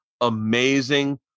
Amazing